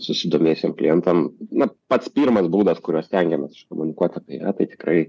susidomėjusiem klientam na pats pirmas būdas kuriuo stengiamės iškomunikuot apie ją tai tikrai